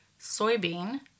soybean